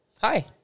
Hi